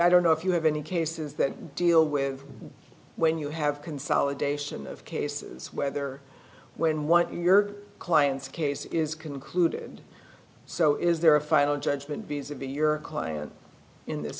i don't know if you have any cases that deal with when you have consolidation of cases whether when one your client's case is concluded so is there a final judgment visibly your client in this